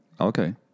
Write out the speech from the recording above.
Okay